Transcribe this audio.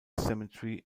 cemetery